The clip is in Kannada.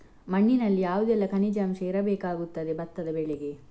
ಮಣ್ಣಿನಲ್ಲಿ ಯಾವುದೆಲ್ಲ ಖನಿಜ ಅಂಶ ಇರಬೇಕಾಗುತ್ತದೆ ಭತ್ತದ ಬೆಳೆಗೆ?